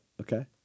Okay